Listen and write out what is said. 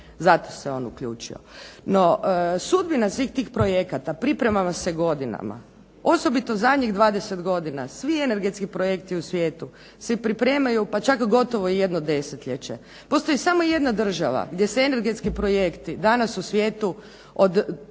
zato se on uključio. No, sudbina svih tih projekata priprema se godinama, osobito zadnjih 20 godina svi energetski projekti u svijetu se pripremaju pa čak gotovo i jedno desetljeće. Postoji samo jedna država gdje se energetski projekti danas u svijetu od